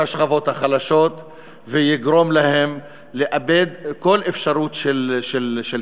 השכבות החלשות ויגרום להן לאבד כל אפשרות של תקווה.